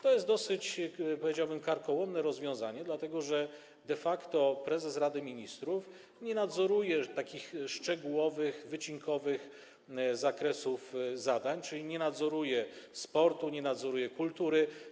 To jest dosyć, powiedziałbym, karkołomne rozwiązanie, dlatego że de facto prezes Rady Ministrów nie nadzoruje takich szczegółowych, wycinkowych zakresów zadań, czyli nie nadzoruje sportu, kultury.